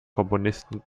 komponisten